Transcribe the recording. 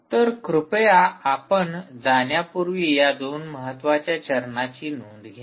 तर कृपया आपण जाण्यापूर्वी या 2 महत्त्वाच्या चरणांची नोंद घ्या